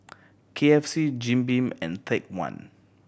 K F C Jim Beam and Take One